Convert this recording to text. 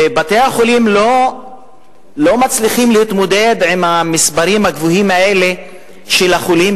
ובתי-החולים לא מצליחים להתמודד עם המספרים הגבוהים האלה של החולים,